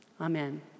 amen